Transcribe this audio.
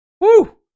Woo